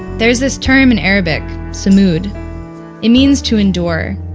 there's this term in arabic, sumud. it means to endure.